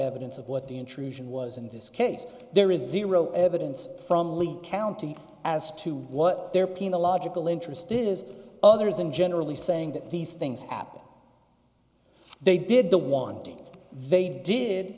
evidence of what the intrusion was in this case there is zero evidence from lee county as to what they're paying the logical interest is other than generally saying that these things happen they did the wanting they did